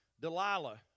Delilah